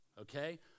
okay